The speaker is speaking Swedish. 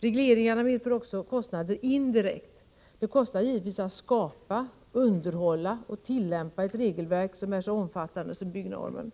finns det en risk för att regler och rekommendationer nonchaleras. Regleringarna medför också kostnader indirekt. Det kostar givetvis att skapa, underhålla och tillämpa ett regelverk som är så omfattande som byggnormen.